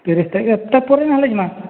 ତିରିଶ୍ ତାରିଖ୍ ତା'ପରେ ନାହେଲେ ଯିମା